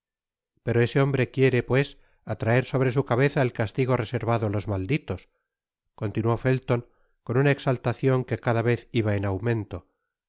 pero ese hombre quiere pues atraer sobre su cabeza el castigo reservado á los malditos continuó felton con una exaltacion que cada vez iba en aumento